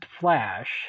Flash